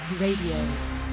Radio